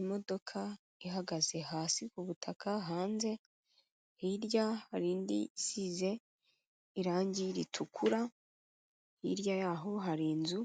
Imodoka ihagaze hasi ku butaka hanze, hirya hari indi isize irange ritukura, hirya yaho hari inzu